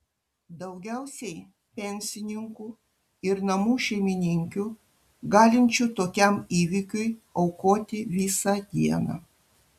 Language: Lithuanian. daugiausiai pensininkų ir namų šeimininkių galinčių tokiam įvykiui aukoti visą dieną